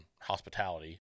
hospitality